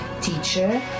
teacher